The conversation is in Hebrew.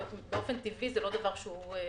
באופן טבעי זה לא דבר שהוא בריא לארגון.